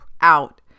out